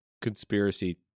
conspiracy